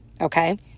Okay